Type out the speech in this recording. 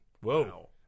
Whoa